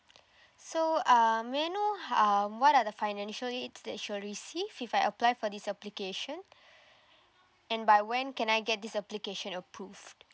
so uh may I know um what are the financial aid that I shall receive if I apply for this application and by when can I get this application approved